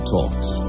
Talks